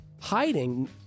hiding